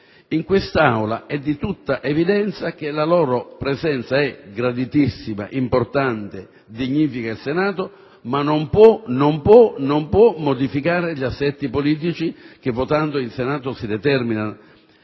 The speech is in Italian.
In quest'Aula è di tutta evidenza che la loro presenza è graditissima, importante, dà dignità al Senato, ma non può modificare gli assetti politici che votando in Senato si determinano.